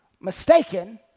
mistaken